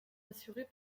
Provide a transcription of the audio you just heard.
assurées